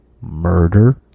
murder